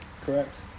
correct